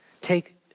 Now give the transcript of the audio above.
Take